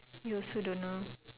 you also don't know